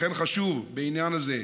חשוב בעניין הזה,